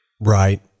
Right